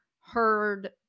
heard